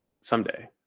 Someday